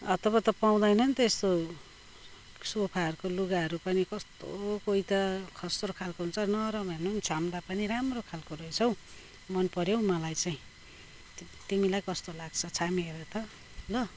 हत्तपत्त पाउँदैन नि त यस्तो सोफाहरूको लुगाहरू पनि कस्तो कोही त खस्रो खालको हुन्छ नरम हेर्नु नि छाम्दा पनि राम्रो खालको रहेछ हौ मनपर्यो हौ मलाई चाहिँ तिमीलाई कस्तो लाग्छ छामी हेर त ल